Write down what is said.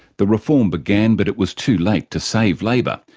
the reform began but it was too late to save labor,